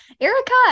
Erica